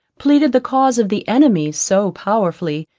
pleaded the cause of the enemy so powerfully,